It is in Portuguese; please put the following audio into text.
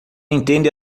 entende